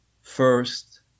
first